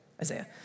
Isaiah